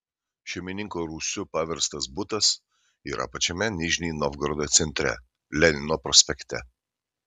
šeimininko rūsiu paverstas butas yra pačiame nižnij novgorodo centre lenino prospekte